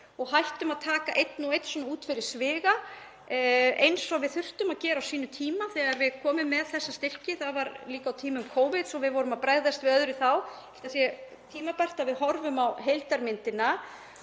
og hættum að taka einn og einn út fyrir sviga eins og við þurftum að gera á sínum tíma þegar við komum með þessa styrki. Það var líka á tímum Covid þannig að við vorum að bregðast við öðru þá. Ég held að það sé tímabært að við horfum á heildarmyndina.